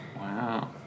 Wow